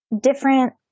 different